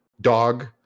dog